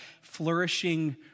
flourishing